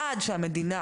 עד שהמדינה,